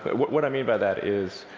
but what what i mean by that is,